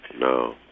No